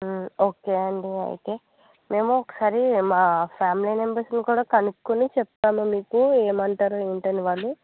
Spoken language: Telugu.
ఓకే అండి అయితే మేము ఒకసారి మా ఫ్యామిలీ మెంబెర్స్ని కూడా కనుక్కుని చెప్తాము మీకు ఏమంటారో ఏమిటో అని వాళ్ళు